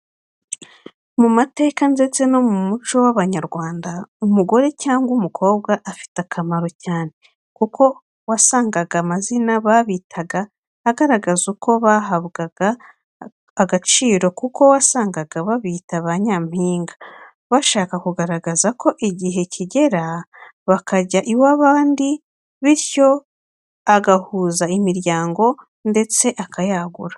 Mu mateka ndetse n'umuco w'Abanyarwanda, umugore cyangwa umukobwa afite akamaro cyane kuko wasangaga amazina babitaga agaragaza uko bahabwa agaciro kuko wasangaga babita ba nyampinga, bashaka kugaragaza ko igihe kizagera akajya iw'abandi bityo agahuza imiryango ndetse akayagura.